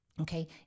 Okay